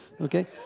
Okay